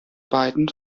beiden